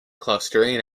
clustering